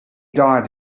died